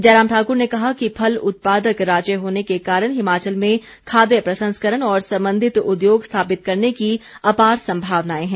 जयराम ठाक्र ने कहा कि फल उत्पादक राज्य होने के कारण हिमाचल में खाद्य प्रसंस्करण और संबंधित उद्योग स्थापित करने की अपार संभावनाएं हैं